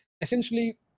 essentially